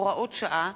(הוראות שעה)